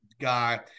guy